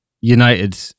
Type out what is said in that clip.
United